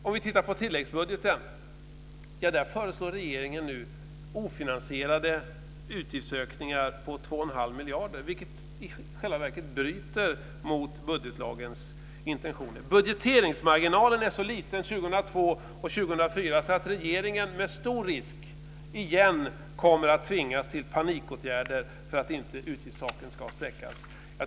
Om vi tittar på tilläggsbudgeten ser vi att regeringen där föreslår ofinansierade utgiftsökningar på 2 1⁄2 miljarder, vilket i själva verket bryter mot budgetlagens intentioner. Budgeteringsmarginalen är så liten 2002 och 2004 att regeringen med stor risk återigen kommer att tvingas till panikåtgärder för att utgiftstaken inte ska spräckas.